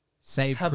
Save